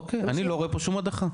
אני לא רואה פה שום הדחה.